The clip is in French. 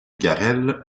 garrel